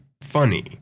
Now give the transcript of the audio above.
funny